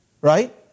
right